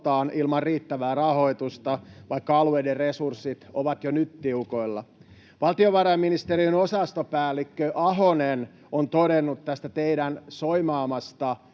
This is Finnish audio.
ilman riittävää rahoitusta, vaikka alueiden resurssit ovat jo nyt tiukoilla. Valtiovarainministeriön osastopäällikkö Ahonen on todennut tästä teidän soimaamastanne